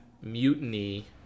mutiny